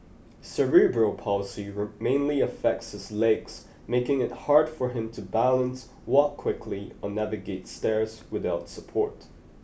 cerebral palsy mainly affects his legs making it hard for him to balance walk quickly or navigate stairs without support